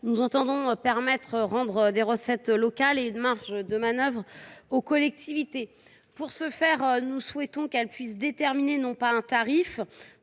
nous entendons rendre des recettes locales et des marges de manœuvre aux collectivités. Pour ce faire, nous proposons que celles ci puissent déterminer non pas un tarif